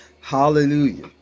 Hallelujah